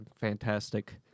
fantastic